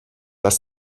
was